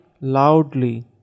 loudly